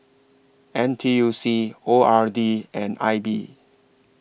N T U C O R D and I B